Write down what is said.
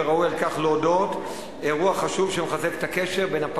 וראוי להודות על כך.